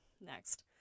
next